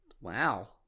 Wow